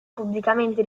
pubblicamente